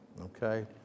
okay